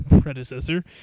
predecessor